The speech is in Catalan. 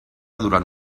durant